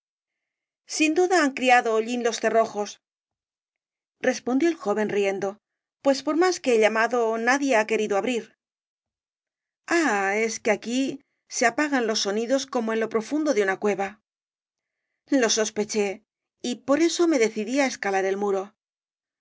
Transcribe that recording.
sin duda han criado hollín los cerrojos resrosalía de castro pondió el joven riendo pues por más que he llamado nadie ha querido abrir ah es que aquí se apagan los sonidos como en lo profundo de una cueva lo sospeché y por eso me decidí á escalar el muro